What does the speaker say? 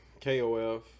kof